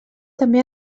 també